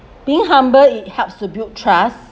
being humble it helps to build trust